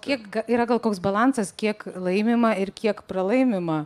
kiek yra gal koks balansas kiek laimima ir kiek pralaimima